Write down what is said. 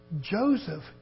Joseph